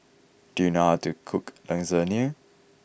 do you know how to cook Lasagne